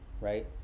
right